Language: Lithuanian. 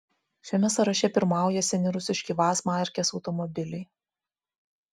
šiame sąraše pirmauja seni rusiški vaz markės automobiliai